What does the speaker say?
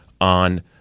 on